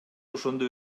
ошондо